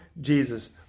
Jesus